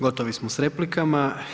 Gotovi smo s replikama.